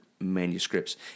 manuscripts